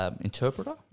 interpreter